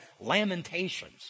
Lamentations